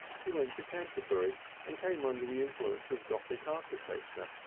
he went to canterbury and came under the influence of gothic architecture.